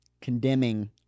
condemning